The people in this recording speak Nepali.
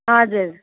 हजुर